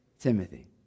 Timothy